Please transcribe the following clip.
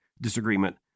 disagreement